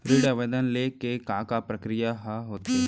ऋण आवेदन ले के का का प्रक्रिया ह होथे?